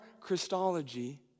Christology